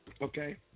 Okay